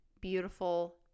beautiful